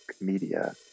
Media